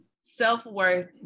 self-worth